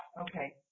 Okay